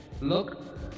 Look